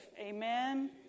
Amen